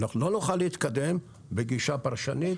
אנחנו לא נוכל להתקדם בגישה פרשנית,